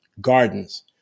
gardens